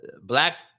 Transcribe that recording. Black